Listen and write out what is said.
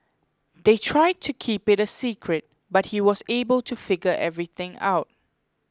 they tried to keep it a secret but he was able to figure everything out